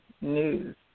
News